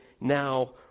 now